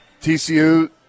TCU